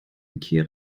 ikea